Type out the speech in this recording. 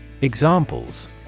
Examples